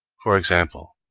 for example,